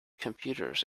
computers